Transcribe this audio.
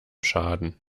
schaden